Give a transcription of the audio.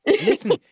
Listen